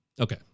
Okay